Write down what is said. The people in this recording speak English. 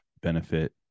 benefit